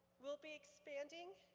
will be expanding,